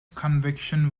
conviction